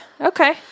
Okay